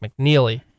McNeely